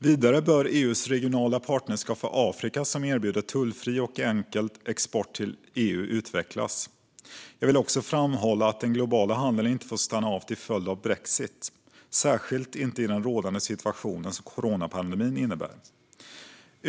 Vidare bör EU:s regionala partnerskap för Afrika, vilket erbjuder tullfri och enkel export till EU, utvecklas. Jag vill också framhålla att den globala handeln inte får stanna av till följd av brexit, särskilt inte i den rådande situation som coronapandemin innebär.